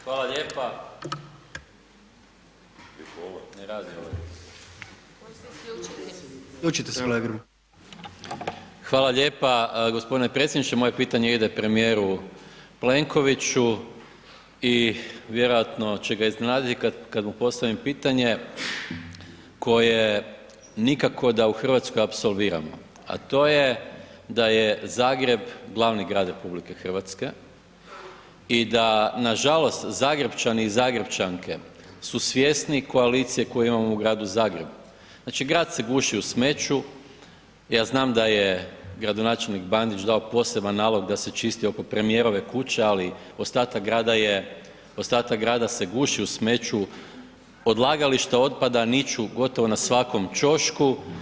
Hvala lijepa g. predsjedniče, moje pitanje ide premijeru Plenkoviću i vjerojatno će ga iznenaditi kad mu postavim pitanje koje nikako da u RH apsolviramo, a to je da je Zagreb glavni grad RH i da nažalost Zagrepčani i Zagrepčanke su svjesni koalicije koju imamo u Gradu Zagrebu, znači grad se guši u smeću, ja znam da je gradonačelnik Bandić dao poseban nalog da se čisti oko premijerove kuće, ali ostatak grada je, ostatak grada se guši u smeću, odlagališta otpada niču gotovo na svakom ćošku.